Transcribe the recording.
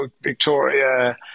Victoria